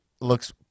looks